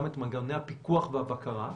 גם את מנגנוני הפיקוח והבקרה -- אף